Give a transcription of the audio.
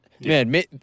Man